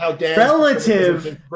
relative